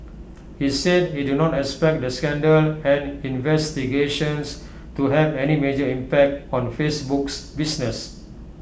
he said he did not expect the scandal and investigations to have any major impact on Facebook's business